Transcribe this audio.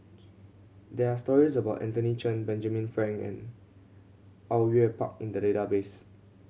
there are stories about Anthony Chen Benjamin Frank and Au Yue Pak in the database